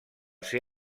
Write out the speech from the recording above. ser